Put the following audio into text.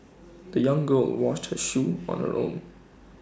the young girl washed her shoes on her own